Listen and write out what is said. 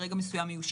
ברגע מסוים 60